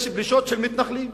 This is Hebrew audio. יש דרישות של מתנחלים.